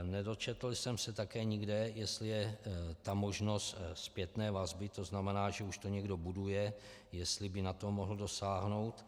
Nedočetl jsem se také nikde, jestli je možnost zpětné vazby, tzn. že už to někdo buduje, jestli by na to mohl dosáhnout.